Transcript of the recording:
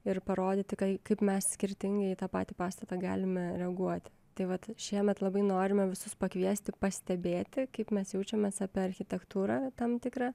ir parodyti kai kaip mes skirtingai į tą patį pastatą galime reaguoti tai vat šiemet labai norime visus pakviesti pastebėti kaip mes jaučiamės apie architektūrą tam tikrą